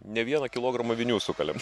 ne vieną kilogramą vinių sukalėm